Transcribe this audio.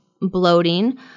bloating